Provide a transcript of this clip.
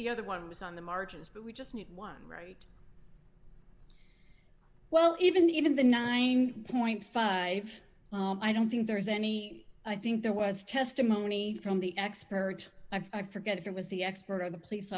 the other one was on the margins but we just need one right well even even the nine five i don't think there is any i think there was testimony from the expert i forget if it was the expert or the police